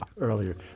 earlier